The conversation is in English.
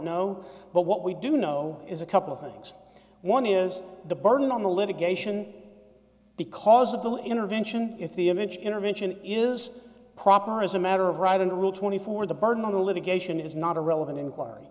know but what we do know is a couple of things one is the burden on the litigation because of the intervention if the image intervention is proper as a matter of right in the rule twenty four the burden of the litigation is not a relevant inquiry